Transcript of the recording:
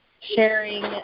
sharing